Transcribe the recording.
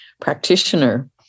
practitioner